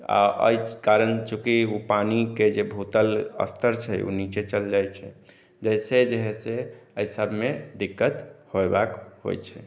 आ एहि कारण चुँकि ओ पानिके जे भूतल स्तर छै ओ नीचे चलि जाइत छै जैसे जे हइ से एहि सबमे दिक्कत होयबाक होइत छै